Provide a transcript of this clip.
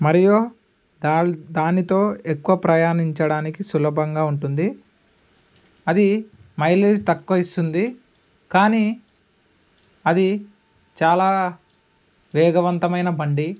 మరియు దాల్ దానితో ఎక్కువ ప్రయాణించడానికి సులభంగా ఉంటుంది అది మైలేజ్ తక్కువ ఇస్తుంది కానీ అది చాలా వేగవంతమైన బండి